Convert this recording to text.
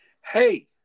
hey